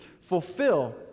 fulfill